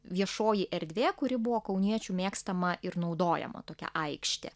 viešoji erdvė kuri buvo kauniečių mėgstama ir naudojama tokia aikštė